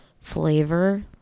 flavor